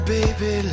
Baby